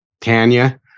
Tanya